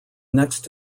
next